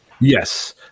Yes